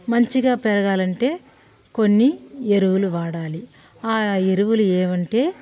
మంచిగా పెరగాలంటే కొన్ని ఎరువులు వాడాలి ఆ ఎరువులు ఏవంటే